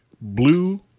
blue